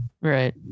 Right